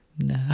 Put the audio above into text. No